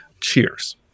cheers